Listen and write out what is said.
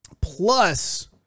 plus